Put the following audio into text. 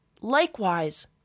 likewise